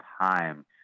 time